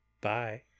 bye